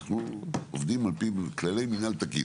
אנחנו עובדים על פי כללי מינהל תקין.